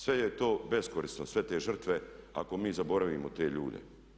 Sve je to beskorisno, sve te žrtve ako mi zaboravimo te ljude.